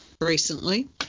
recently